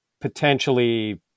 potentially